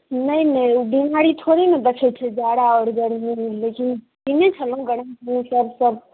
नहि नहि ओ बीमारी थोड़े ने देखै छै जाड़ा आओर गर्मी लेकिन पीने छलहुँ गरम सभ सभ